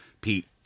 Pete